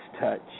touch